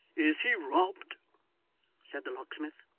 is he robbed said the locksmith.